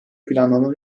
planlanan